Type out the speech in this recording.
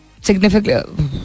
significantly